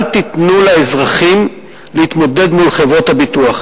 אל תיתנו לאזרחים להתמודד מול חברות הביטוח.